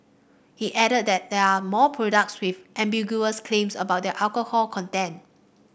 he added that there are more products with ambiguous claims about their alcohol content